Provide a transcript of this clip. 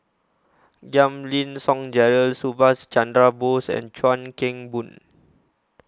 Giam Yean Song Gerald Subhas Chandra Bose and Chuan Keng Boon